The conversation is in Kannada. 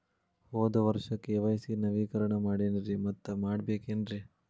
ಹೋದ ವರ್ಷ ಕೆ.ವೈ.ಸಿ ನವೇಕರಣ ಮಾಡೇನ್ರಿ ಮತ್ತ ಮಾಡ್ಬೇಕೇನ್ರಿ?